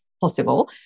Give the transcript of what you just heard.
possible